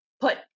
put